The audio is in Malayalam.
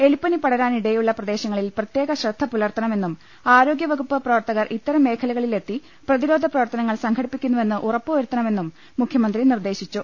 എലിപ്പനി പടരാ്ൻ ഇടയുള്ള പ്രദേശങ്ങളിൽ പ്രത്യേക ശ്രദ്ധ പുലർത്ത ണമെന്നും ആരോഗ്യ വകുപ്പ് പ്രവർത്തകർ ഇത്തരം മേഖലക ളിൽ എത്തി പ്രതിരോധ പ്രവർത്തനങ്ങൾ സംഘടിപ്പിക്കുന്നു വെന്ന് ഉറപ്പു വരുത്തണമെന്നും മുഖ്യമന്ത്രി നിർദേശിച്ചു